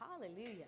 hallelujah